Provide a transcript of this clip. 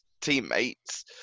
teammates